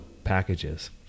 packages